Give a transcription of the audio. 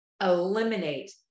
Eliminate